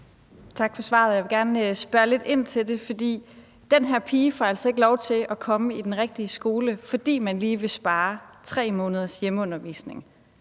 Tak for svaret. Jeg vil gerne spørge lidt ind til det, for den her pige får altså ikke lov til at komme i den rigtige skole, fordi man lige vil spare 3 måneders hjemmeundervisning,